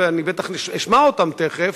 ואני בטח אשמע אותם תיכף,